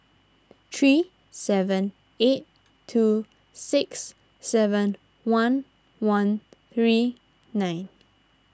three seven eight two six seven one one three nine